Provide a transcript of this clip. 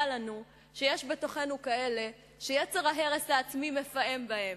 לנו שיש בתוכנו כאלה שיצר ההרס העצמי מפעם בהם?